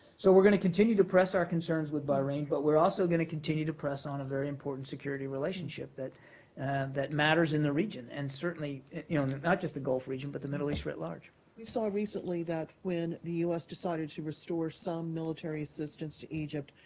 so we're going to continue to press our concerns with bahrain, but we're also going to continue to press on a very important security relationship that that matters in the region, and certainly you know not just the gulf region but the middle east writ large. question we saw recently that when the u s. decided to restore some military assistance to egypt,